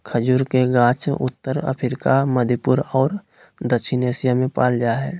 खजूर के गाछ उत्तर अफ्रिका, मध्यपूर्व और दक्षिण एशिया में पाल जा हइ